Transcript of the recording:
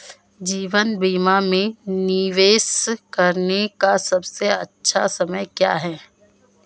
जीवन बीमा में निवेश करने का सबसे अच्छा समय क्या है?